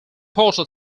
porter